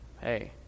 hey